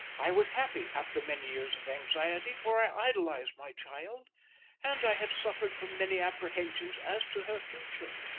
i was happy, after many years of anxiety for i idolised my child and i had suffered from many apprehensions as to her future.